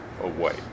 away